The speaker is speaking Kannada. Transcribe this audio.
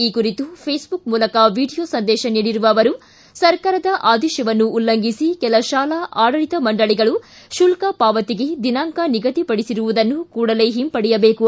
ಈ ಕುರಿತು ಫೆಸಬುಕ್ ಮೂಲಕ ವಿಡಿಯೋ ಸಂದೇಶ ನೀಡಿರುವ ಅವರು ಸರ್ಕಾರದ ಆದೇಶವನ್ನು ಉಲ್ಲಂಘಿಸಿ ಕೆಲ ಶಾಲಾ ಆಡಳಿತ ಮಂಡಳಿಗಳು ಶುಲ್ಕ ಪಾವತಿಗೆ ದಿನಾಂಕ ನಿಗದಿ ಪಡಿಸಿರುವುದನ್ನು ಕೂಡಲೇ ಹಿಂಪಡಿಯಬೇಕು